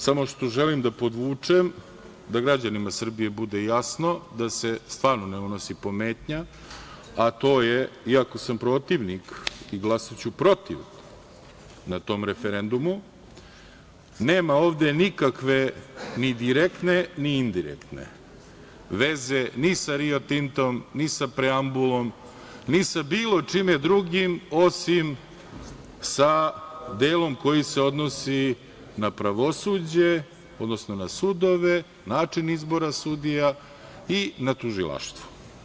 Samo želim da podvučem, da građanima Srbije bude jasno da se stvarno ne unosi pometnja, a to je, iako sam protivnik i glasaću protiv na tom referendumu, nema ovde nikakve ni direktne, ni indirektne veze ni sa Rio Tintom, ni sa preambulom, ni sa bilo čime drugim, osim sa delom koji se odnosi na pravosuđe, odnosno na sudove, način izbora sudija i na tužilaštvo.